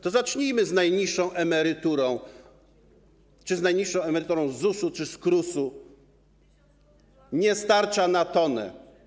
To zacznijmy z najniższą emeryturą, czy z najniższą emeryturą z ZUS-u, czy z KRUS-u, nie starcza na tonę.